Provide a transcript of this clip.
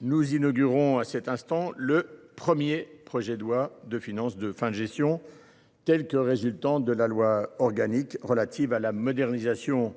nous inaugurons aujourd’hui le premier projet de loi de finances de fin de gestion, tel qu’il résulte de la loi organique relative à la modernisation de